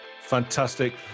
Fantastic